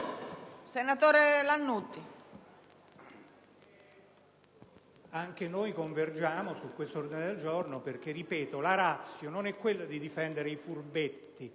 senatore Lannutti),